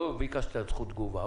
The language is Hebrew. לא ביקשת זכות תגובה.